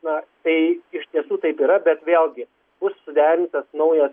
na tai iš tiesų taip yra bet vėlgi bus suderintas naujas